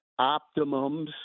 optimums